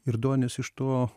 ir donis iš to